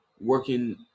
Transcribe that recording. working